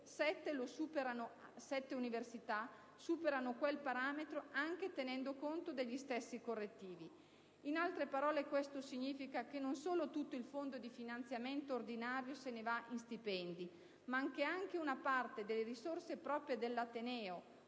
e 7 università superano quel parametro anche tenendo conto degli stessi correttivi. In altre parole questo significa che non solo tutto il Fondo di finanziamento ordinario se ne va in stipendi, ma che anche una parte delle risorse proprie dell'ateneo